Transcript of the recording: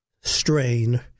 strain